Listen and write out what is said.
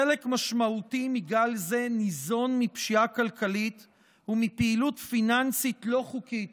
חלק משמעותי מגל זה ניזון מפשיעה כלכלית ומפעילות פיננסית לא חוקית